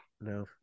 no